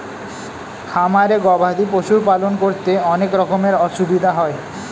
খামারে গবাদি পশুর পালন করতে অনেক রকমের অসুবিধা হয়